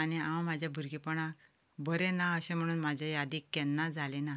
आनी हांव म्हज्या भुरग्यापणांत बरें ना म्हूण म्हजे यादीक अशें केन्नाच जालें ना